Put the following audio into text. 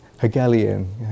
Hegelian